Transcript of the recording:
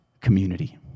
community